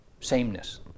sameness